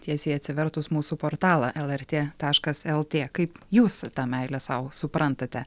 tiesiai atsivertus mūsų portalą lrt taškas lt kaip jūs tą meilę sau suprantate